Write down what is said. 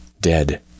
dead